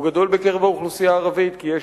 הוא גדול בקרב האוכלוסייה הערבית כי יש